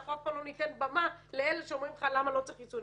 ואנחנו אף פעם לא ניתן במה לאלה שאומרים לך למה לא צריך חיסונים.